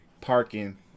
parking